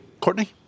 Courtney